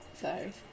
Sorry